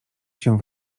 się